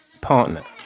partner